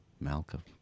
Malcolm